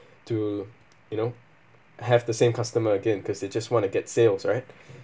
to you know have the same customer again because they just want to get sales right